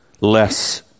less